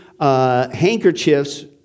handkerchiefs